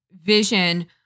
vision